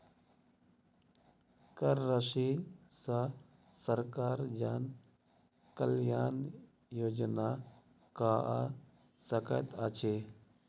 कर राशि सॅ सरकार जन कल्याण योजना कअ सकैत अछि